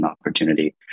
opportunity